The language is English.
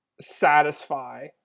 satisfy